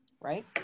Right